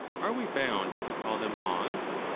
are we bound to call them laws?